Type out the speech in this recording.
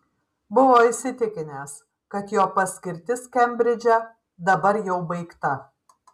buvo įsitikinęs kad jo paskirtis kembridže dabar jau baigta